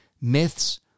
myths